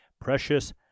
precious